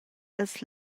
els